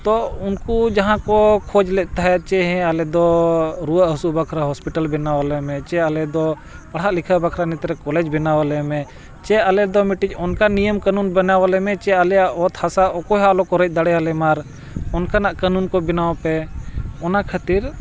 ᱛᱚ ᱩᱱᱠᱩ ᱡᱟᱦᱟᱸ ᱠᱚ ᱠᱷᱚᱡ ᱞᱮᱫ ᱛᱟᱦᱮᱸᱜ ᱪᱮ ᱦᱮᱸ ᱟᱞᱮᱫᱚ ᱨᱩᱣᱟᱹ ᱦᱟᱹᱥᱩᱜ ᱵᱟᱠᱷᱨᱟ ᱦᱚᱥᱯᱤᱴᱟᱞ ᱵᱮᱱᱟᱣ ᱟᱞᱮᱢᱮ ᱪᱮ ᱟᱞᱮᱫᱚ ᱯᱟᱲᱦᱟᱜ ᱞᱮᱠᱷᱟ ᱵᱟᱠᱷᱨᱟ ᱱᱮᱛᱟᱨᱮ ᱠᱚᱞᱮᱡᱽ ᱵᱮᱱᱟᱣ ᱟᱞᱮᱢᱮ ᱪᱮ ᱟᱞᱮᱫᱚ ᱢᱤᱫᱴᱤᱡ ᱚᱱᱠᱟ ᱱᱤᱭᱚᱢ ᱠᱟᱹᱱᱩᱱ ᱵᱮᱱᱟᱣ ᱟᱞᱮᱢᱮ ᱪᱮ ᱟᱞᱮᱭᱟᱜ ᱚᱛ ᱦᱟᱥᱟ ᱚᱠᱚᱭ ᱦᱚᱸ ᱟᱞᱚᱠᱚ ᱨᱮᱡ ᱫᱟᱲᱮᱭᱟᱞᱮᱢᱟ ᱟᱨ ᱚᱱᱠᱟᱱᱟᱜ ᱠᱟᱹᱱᱩᱱ ᱠᱚ ᱵᱮᱱᱟᱣ ᱯᱮ ᱚᱱᱟ ᱠᱷᱟᱹᱛᱤᱨ